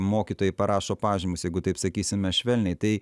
mokytojai parašo pažymius jeigu taip sakysime švelniai tai